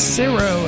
zero